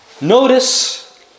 Notice